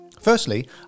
Firstly